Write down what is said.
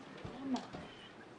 נגד?